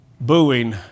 booing